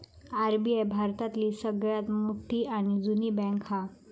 SBI भारतातली सगळ्यात मोठी आणि जुनी बॅन्क हा